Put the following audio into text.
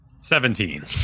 Seventeen